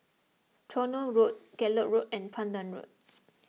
Tronoh Road Gallop Road and Pandan Road